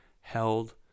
held